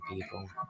people